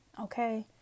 okay